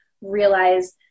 realize